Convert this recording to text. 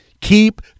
Keep